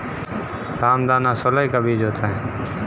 रामदाना चौलाई का बीज होता है